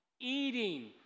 eating